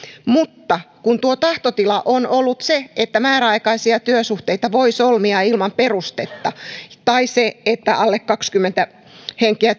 mutta kun tuo tahtotila on ollut se että määräaikaisia työsuhteita voi solmia ilman perustetta tai se että alle kaksikymmentä henkeä